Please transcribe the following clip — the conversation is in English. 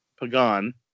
Pagan